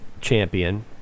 champion